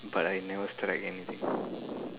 but I never strike anything